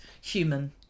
human